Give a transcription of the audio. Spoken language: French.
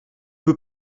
peut